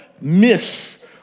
miss